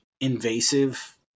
invasive